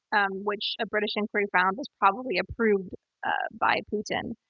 and which a british inquiry found was probably approved by putin.